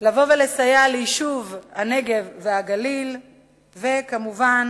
לבוא ולסייע ליישוב הנגב והגליל וכמובן